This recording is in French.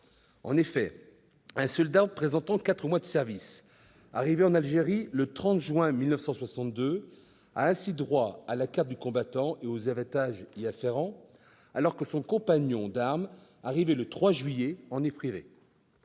Un soldat présentant quatre mois de service, arrivé en Algérie le 30 juin 1962, a ainsi droit à la carte du combattant et aux avantages y afférents, alors que son compagnon d'armes arrivé le 3 juillet en est privé.